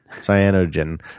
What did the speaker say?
cyanogen